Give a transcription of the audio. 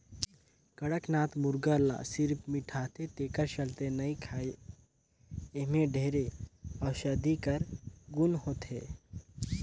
कड़कनाथ मुरगा ल सिरिफ मिठाथे तेखर चलते नइ खाएं एम्हे ढेरे अउसधी कर गुन होथे